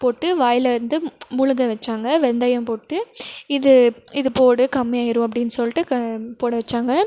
போட்டு வாயில் வந்து விழுங்க வச்சாங்க வெந்தயம் போட்டு இது இது போடு கம்மியாயிடும் அப்படின் சொல்லிட்டு போட வச்சாங்க